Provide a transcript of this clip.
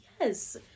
Yes